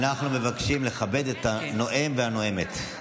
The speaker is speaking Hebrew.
אנחנו מבקשים לכבד את הנואם והנואמת.